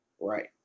Right